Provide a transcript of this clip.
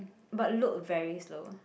but load very slow